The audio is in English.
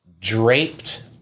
draped